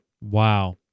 Wow